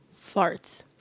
Farts